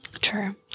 True